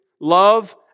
love